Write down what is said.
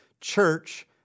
church